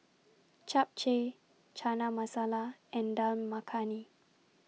Japchae Chana Masala and Dal Makhani